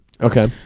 Okay